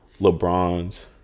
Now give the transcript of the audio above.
Lebron's